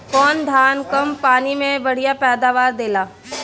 कौन धान कम पानी में बढ़या पैदावार देला?